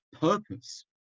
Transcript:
purpose